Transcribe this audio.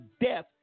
death